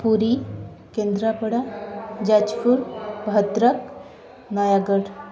Puri Kendrapara Jajpur Bhadrak Nayagarh